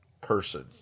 person